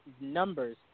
numbers